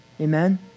Amen